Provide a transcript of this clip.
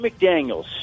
McDaniels